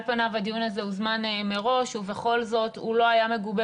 על פניו הדיון הזה הוזמן מראש ובכל זאת הוא לא היה מגובה